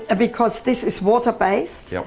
ah because this is water-based, yep.